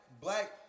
black